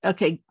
Okay